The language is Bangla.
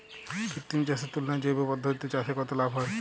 কৃত্রিম চাষের তুলনায় জৈব পদ্ধতিতে চাষে কত লাভ হয়?